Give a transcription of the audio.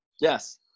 Yes